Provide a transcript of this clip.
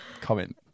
comment